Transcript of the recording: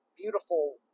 beautiful